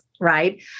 right